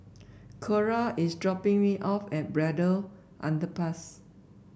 Cora is dropping me off at Braddell Underpass